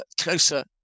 closer